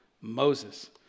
Moses